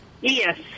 Yes